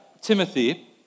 Timothy